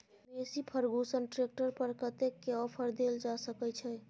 Massey Ferguson tractor पर कतेक के ऑफर देल जा सकै छै?